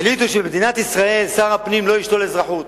החליטו שבמדינת ישראל שר הפנים לא ישלול אזרחות.